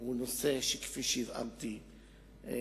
הוא נושא, שכפי שהבהרתי,